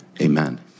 Amen